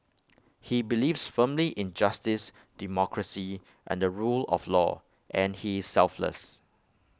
he believes firmly in justice democracy and the rule of law and he is selfless